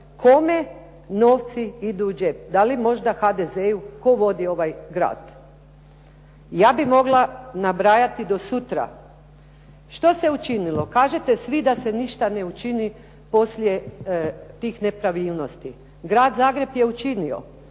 Kome novci idu u džep? Da li možda HDZ-u, tko vodi ovaj grad? Ja bih mogla nabrajati do sutra. Što se učinilo? Kažete svi da se ništa ne učini poslije tih nepravilnosti. Grad Zagreb je učinio,